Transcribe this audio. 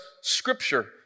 scripture